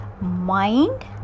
mind